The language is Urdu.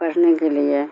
پڑھنے کے لیے